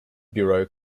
bureau